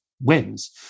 wins